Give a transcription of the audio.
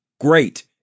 Great